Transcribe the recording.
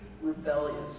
rebellious